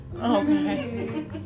Okay